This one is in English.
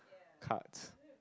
cards